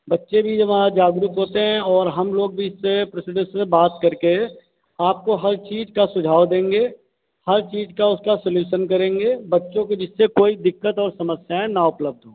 बच्चे भी हमारे जागरूक होते हैं और हम लोग भी इससे से बात कर के आप को हर चीज का सुझाव देंगे हर चीज का उसका सोल्यूशन करेंगे बच्चों की जिससे कोई दिक्कत और समस्याएँ ना उपलब्ध हो